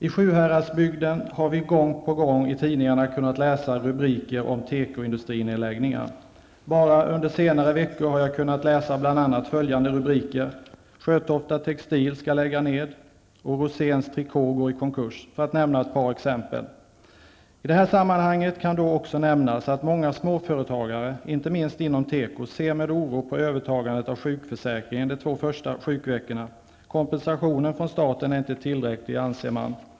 I Sjuhäradsbygden har vi gång på gång i tidningarna kunnat läsa rubriker om tekoindustrinedläggningar. Bara under senare veckor har jag kunnat läsa bl.a. följande rubriker: ''Sjötofta Textil ska lägga ned'' och ''Roséns trikå går i konkurs'' -- för att nämna ett par exempel. I det här sammanhanget kan då också nämnas att många småföretagare, inte minst inom teko, ser med oro på övertagandet av sjukförsäkringen de två första sjukveckorna. Kompensationen från staten är inte tillräcklig, anser man.